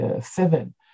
seven